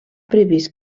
previst